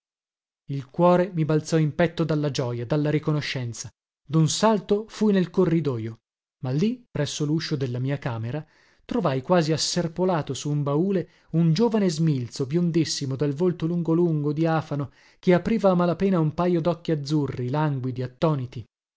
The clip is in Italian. il cuore mi balzò in petto dalla gioja dalla riconoscenza dun salto fui nel corridojo ma lì presso luscio della mia camera trovai quasi asserpolato su un baule un giovane smilzo biondissimo dal volto lungo lungo diafano che apriva a malapena un pajo docchi azzurri languidi attoniti